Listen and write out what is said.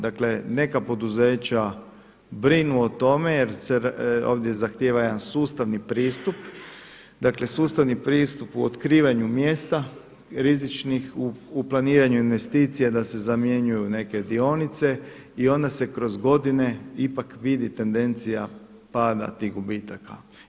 Dakle neka poduzeća brinu o tome jer se ovdje zahtjeva jedan sustavni pristup, dakle sustavni pristup u otkrivanju mjesta rizičnih, u planiranju investicija da se zamijene neke dionice i onda se kroz godine ipak vidi tendencija pada tih gubitaka.